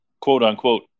quote-unquote